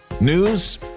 News